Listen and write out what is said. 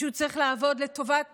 ושהוא צריך לעבוד לטובת